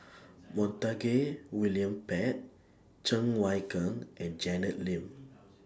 Montague William Pett Cheng Wai Keung and Janet Lim